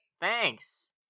Thanks